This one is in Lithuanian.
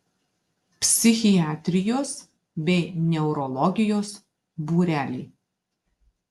psichiatrijos bei neurologijos būreliai